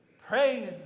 Praise